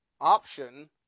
option